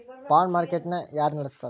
Bond market ನ ಯಾರ್ನಡ್ಸ್ತಾರ?